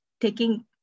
taking